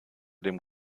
dem